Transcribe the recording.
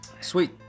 sweet